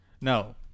No